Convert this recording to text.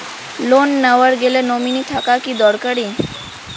Loan নেওয়ার গেলে nominee থাকা কি দরকারী?